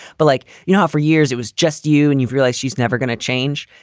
but like, you know, for years it was just you. and you realize she's never gonna change.